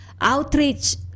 outreach